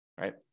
right